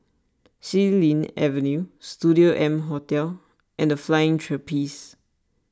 Xilin Avenue Studio M Hotel and the Flying Trapeze